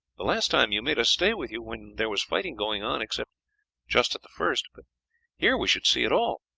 the last time you made us stay with you when there was fighting going on, except just at the first, but here we should see it all.